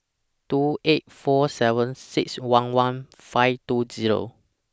two eight four seven six one one five two Zero